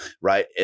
right